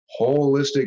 holistic